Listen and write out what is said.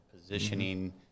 positioning